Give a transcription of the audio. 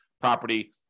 property